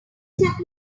sacrifice